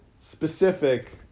specific